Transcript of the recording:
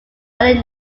early